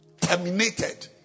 terminated